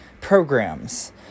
programs